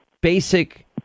basic